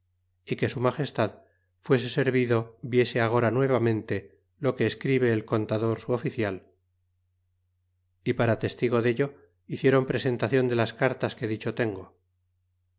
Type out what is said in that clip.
y que su magestad fuese servido viese agora nuevamente lo que escribe el contador su oficial y para testigo dello hiciéron presentacion de las cartas que dicho tengo